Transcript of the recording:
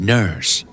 Nurse